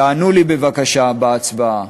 תענו לי בבקשה בהצבעה.